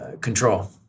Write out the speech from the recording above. control